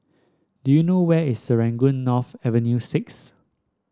do you know where is Serangoon North Avenue Six